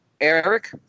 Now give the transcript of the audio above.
Eric